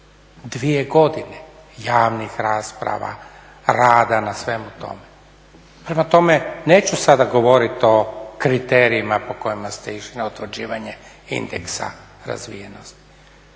Dvije godine javnih rasprava, rada na svemu tome. Prema tome, neću sada govoriti o kriterijima po kojima ste išli na utvrđivanje indeksa razvijenosti.